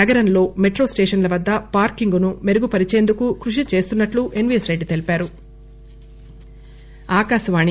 నగరంలో మెట్రో స్లేషన్ల వద్ద పార్కింగును మెరుగు పరిచేందుకూ కృషి చేస్తున్నట్లు ఎస్ వి ఎస్ రెడ్డి తెలిపారు